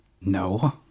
No